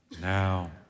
Now